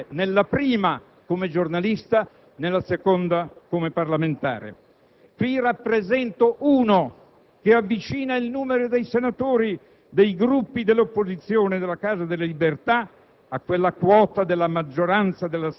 per il mio impegno politico culturale, nel primo caso come giornalista e nel secondo come parlamentare, uno che avvicina il numero dei senatori dei Gruppi dell'opposizione della Casa delle Libertà